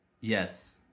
Yes